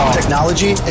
technology